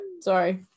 Sorry